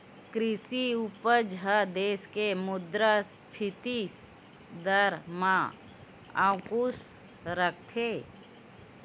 कृषि उपज ह देस के मुद्रास्फीति दर म अंकुस रखथे